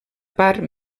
part